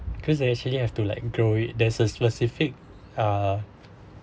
because you actually have to like grow it there's a specific uh